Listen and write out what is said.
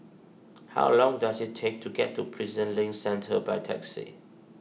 how long does it take to get to Prison Link Centre by taxi